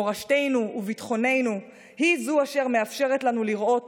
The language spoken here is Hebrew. מורשתנו וביטחוננו היא אשר מאפשרת לנו לראות